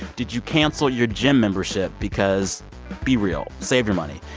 did you cancel your gym membership because be real, save your money.